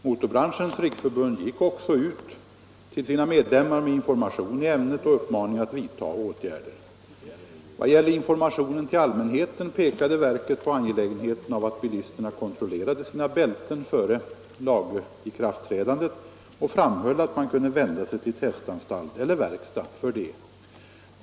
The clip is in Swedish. Motorbranschens riksförbund gick också ut till sina medlemmar med information i ämnet och uppmaning att vidta åtgärder. Vad gäller informationen till allmänheten pekade trafiksäkerhetsverket på angelägenheten av att bilisterna kontrollerade sina bälten före lagens ikraftträdande och framhöll att man kunde vända sig till testanstalt eller verkstad för denna kontroll.